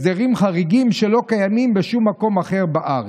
הסדרים חריגים שלא קיימים בשום מקום אחר בארץ."